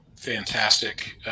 fantastic